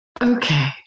okay